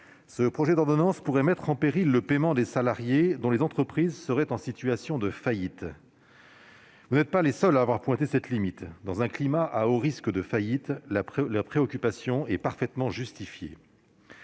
ce projet d'ordonnance pourrait mettre en péril le paiement des salariés dont les entreprises seraient en situation de faillite. Vous n'êtes pas les seuls à avoir pointé cette limite, mes chers collègues. Dans un climat à haut risque de faillite, votre préoccupation est parfaitement justifiée.